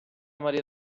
maria